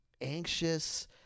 anxious